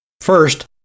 First